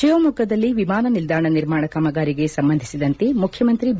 ಶಿವಮೊಗ್ಗದಲ್ಲಿ ವಿಮಾನ ನಿಲ್ದಾಣ ನಿರ್ಮಾಣ ಕಾಮಗಾರಿಗೆ ಸಂಬಂಧಿಸಿದಂತೆ ಮುಖ್ಯಮಂತ್ರಿ ಬಿ